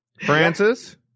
Francis